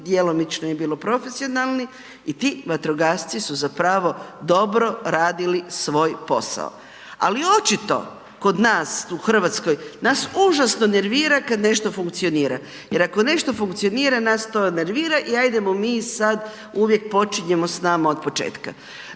djelomično je bilo profesionalni i ti vatrogasci su zapravo dobro radili svoj posao. Ali očito kod nas u RH, nas užasno nervira kad nešto funkcionira, jer ako nešto funkcionira nas to nervira i ajdemo mi sad, uvijek počinjemo s nama otpočetka.